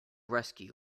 rescue